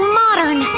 modern